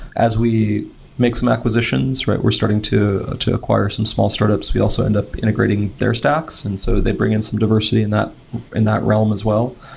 as we make some acquisitions, we're starting to to acquire some small startups. we also end up integrating their stacks. and so they bring in some diversity in that in that realm as well.